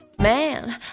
Man